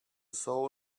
soul